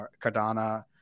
Cardano